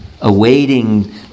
awaiting